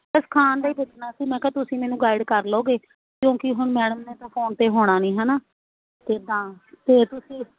ਬਸ ਖਾਣ ਦਾ ਹੀ ਪੁੱਛਣਾ ਸੀ ਮੈਂ ਕਿਹਾ ਤੁਸੀਂ ਮੈਨੂੰ ਗਾਈਡ ਕਰ ਲੋਗੇ ਕਿਉਂਕਿ ਹੁਣ ਮੈਡਮ ਨੇ ਤਾਂ ਫੋਨ 'ਤੇ ਹੋਣਾ ਨਹੀਂ ਹੈ ਨਾ ਅਤੇ ਇੱਦਾਂ ਤਾਂ ਤੁਸੀਂ